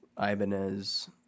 Ibanez